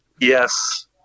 Yes